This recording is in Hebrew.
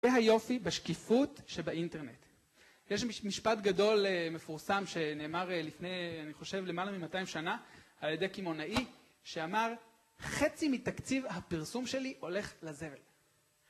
זה היופי בשקיפות שבאינטרנט יש משפט גדול מפורסם שנאמר לפני אני חושב למעלה מ-200 שנה על ידי קמעונאי שאמר חצי מתקציב הפרסום שלי הולך לזבל